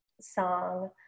song